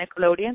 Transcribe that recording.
Nickelodeon